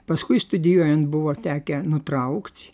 paskui studijuojant buvo tekę nutraukt